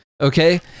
okay